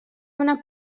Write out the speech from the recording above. una